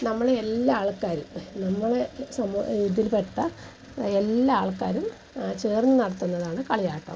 നമ്മൾ എല്ലാ ആൾക്കാരും നമ്മുടെ സ ഇതിൽപ്പെട്ട എല്ലാ ആൾക്കാരും ആ ചേർന്നു നടത്തുന്നതാണ് കളിയാട്ടം